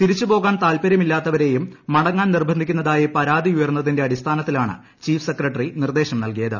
തിരിച്ചു പോകാൻ താത്പര്യമില്ലാത്തവരേയും മടങ്ങാൻ നിർബന്ധിക്കുന്നതായി പരാതി ഉയർന്നതിന്റെ അടിസ്ഥാനത്തിലാണ് ചീഫ് സെക്രട്ടറി നിർദ്ദേശം നൽകിയത്